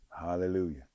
hallelujah